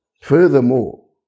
Furthermore